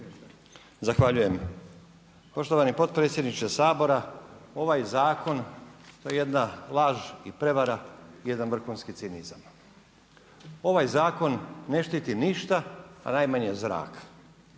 Zahvaljujem. Poštovani potpredsjedniče Sabora, ovaj zakon, to je jedna laž i prijevara, jedan vrhunski cinizam. Ovaj zakon ne štiti ništa a najmanje zrak.